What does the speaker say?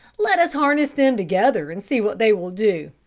let us harness them together and see what they will do.